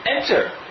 enter